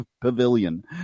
pavilion